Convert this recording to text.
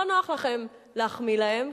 לא נוח לכם להחמיא להם,